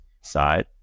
side